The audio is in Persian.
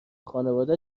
خانواده